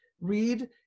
read